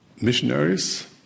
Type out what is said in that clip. missionaries